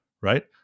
right